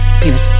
penis